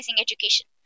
education